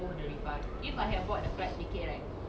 really ah how much ah you have to pay if you want go malaysia